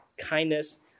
kindness